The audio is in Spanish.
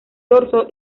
dorso